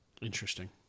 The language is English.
Interesting